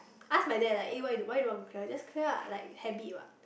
ask my dad like eh why you don't want to clear just clear lah like habit what